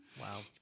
Wow